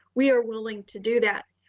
we are willing to do that.